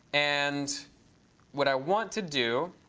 and what i want to do